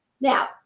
Now